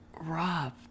Rob